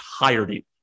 entirety